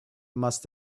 must